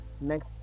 next